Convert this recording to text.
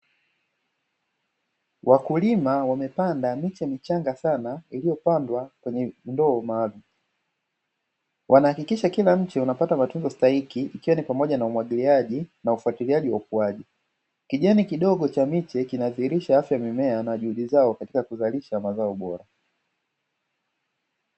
Wakulima wamepanda miche michanga sana iliyopandwa kwenye ndoo maalumu. Wanahakikisha kila mche unapata matunzo stahiki ikiwa ni pamoja na umwagiliaji na ufuatiliaji wa ukuaji. Kijani kidogo cha miche kinadhihirisha afya ya mimea na juhudi zao katika kuzalisha mazao bora.